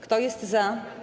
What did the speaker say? Kto jest za?